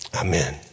Amen